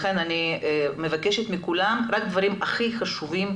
אני מבקשת מכולם לרכז בדבריכם רק את הדברים הכי חשובים,